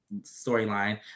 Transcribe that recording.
storyline